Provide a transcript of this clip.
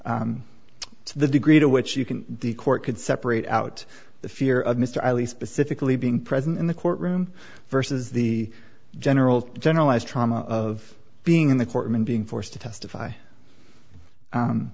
it's the degree to which you can the court could separate out the fear of mr ali specifically being present in the courtroom versus the general generalized trauma of being in the courtroom and being forced to testify